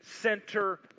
center